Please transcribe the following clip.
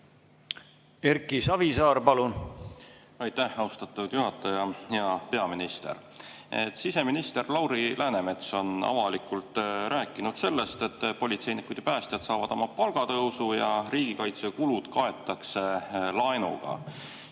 Erki Savisaar, palun! Aitäh, austatud juhataja! Hea peaminister! Siseminister Lauri Läänemets on avalikult rääkinud sellest, et politseinikud ja päästjad saavad oma palgatõusu ja riigikaitsekulud kaetakse laenuga